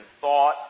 thought